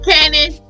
Cannon